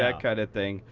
ah kind of thing.